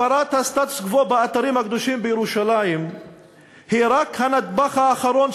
הפרת הסטטוס-קוו באתרים הקדושים בירושלים היא רק הנדבך האחרון,